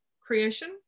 creation